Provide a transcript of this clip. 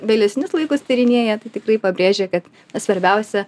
vėlesnius laikus tyrinėja tai tikrai pabrėžia kad svarbiausia